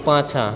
पाछाँ